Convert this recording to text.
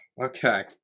Okay